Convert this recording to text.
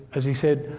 as he said,